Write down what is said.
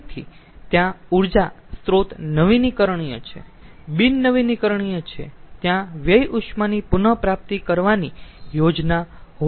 તેથી ત્યાં ઊર્જા સ્રોત નવીનીકરણીય છે બિન નવીનીકરણીય છે ત્યાં વ્યય ઉષ્માની પુનપ્રાપ્તિ કરવાની યોજના હોવી જોઈયે